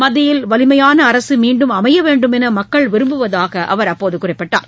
மத்தியில் வலிமையான அரசு மீண்டும் அமைய வேண்டும் என்று மக்கள் விரும்புவதாக அப்போது அவர் குறிப்பிட்டார்